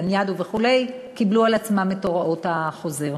לניאדו וכו' קיבלו על עצמם את הוראות החוזר.